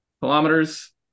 kilometers